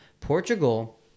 Portugal